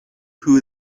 who